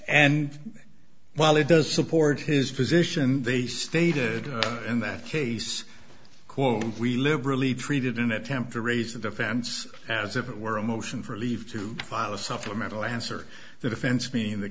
and while it does support his position they stated in that case quote we liberally treated an attempt to raise the defense as if it were a motion for leave to file a supplemental answer that offends